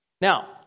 Now